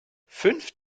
fünf